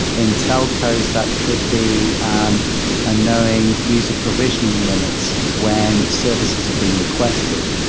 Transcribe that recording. in telcos, that could be um and knowing user provisioning limits when services are being requested.